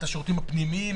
את השירותים הפנימיים,